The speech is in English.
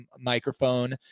microphone